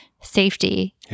safety